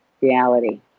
reality